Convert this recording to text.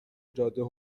جاده